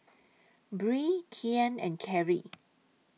Bree Kian and Kerry